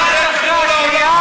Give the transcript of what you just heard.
אפילו אפריקה הצביעה נגדנו.